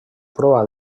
proa